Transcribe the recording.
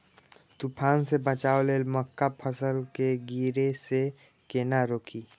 तुफान से बचाव लेल मक्का फसल के गिरे से केना रोकी?